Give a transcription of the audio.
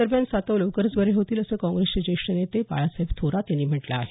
दरम्यान सातव लवकरच बरे होतील असं काँप्रेसचे ज्येष्ठ नेते बाळासाहेब थोरात यांनी म्हटलं आहे